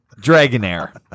Dragonair